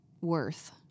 worth